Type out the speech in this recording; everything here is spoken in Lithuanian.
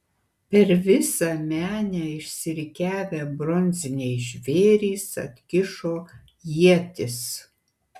per visą menę išsirikiavę bronziniai žvėrys atkišo ietis